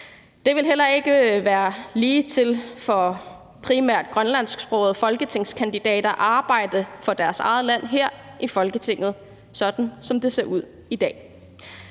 Det vil heller ikke være ligetil for primært grønlandsksprogede folketingskandidater at arbejde for deres eget land her i Folketinget, sådan som det ser ud i dag.